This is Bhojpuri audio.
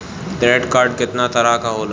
क्रेडिट कार्ड कितना तरह के होला?